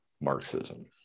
Marxism